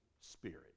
Spirit